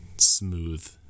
smooth